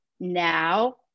Now